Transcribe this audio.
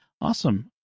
awesome